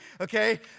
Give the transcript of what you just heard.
okay